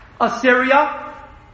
Assyria